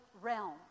realm